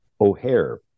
O'Hare